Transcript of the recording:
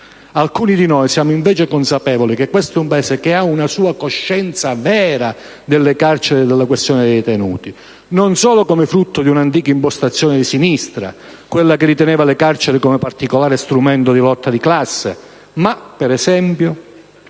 Alcuni di noi sono invece consapevoli che questo è un Paese che ha una sua coscienza vera delle carceri e della questione dei detenuti, non solo come frutto di un'antica impostazione di sinistra, quella che riteneva le carceri come particolare strumento di lotta di classe, ma, per esempio,